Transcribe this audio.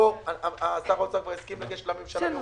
שר האוצר הסכים לגשת לממשלה אז